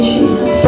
Jesus